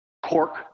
cork